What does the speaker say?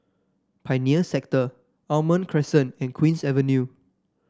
Pioneer Sector Almond Crescent and Queen's Avenue